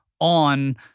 on